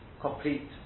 complete